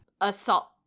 assault